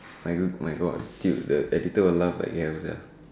my my God the editor will laugh like hell sia